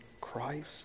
Christ